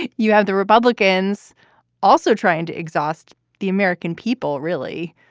and you have the republicans also trying to exhaust the american people. really,